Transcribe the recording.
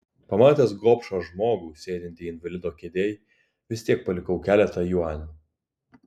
pamatęs gobšą žmogų sėdintį invalido kėdėj vis tiek palikau keletą juanių